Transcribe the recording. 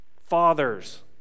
Fathers